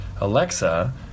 Alexa